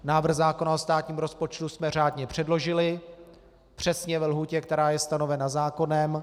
Návrh zákona o státním rozpočtu jsme řádně předložili, přesně ve lhůtě, která je stanovena zákonem.